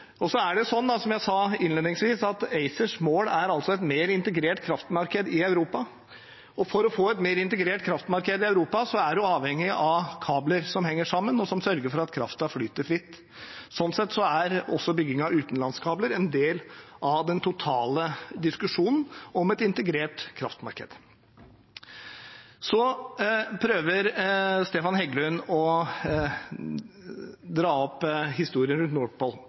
Og som jeg sa innledningsvis: ACERs mål er altså et mer integrert kraftmarked i Europa. For å få et mer integrert kraftmarked i Europa er man avhengig av kabler som henger sammen, og som sørger for at kraften flyter fritt. Sånn sett er også bygging av utenlandskabler en del av den totale diskusjonen om et integrert kraftmarked. Så prøver Stefan Heggelund å dra opp historier rundt